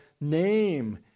name